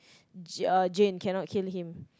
uh Jane cannot kill him